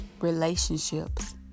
relationships